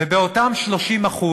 ובאותם 30%,